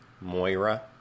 Moira